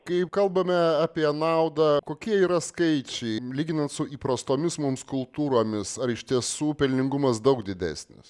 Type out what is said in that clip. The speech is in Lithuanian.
kai kalbame apie naudą kokie yra skaičiai lyginant su įprastomis mums kultūromis ar iš tiesų pelningumas daug didesnis